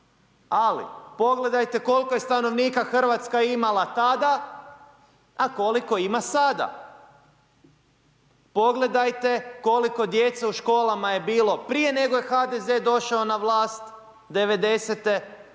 ali pogledajte koliko je stanovnika Hrvatska imala tada a koliko ima sada. Pogledajte koliko djece u školama je bilo prije nego je HDZ došao na vlast '90.-te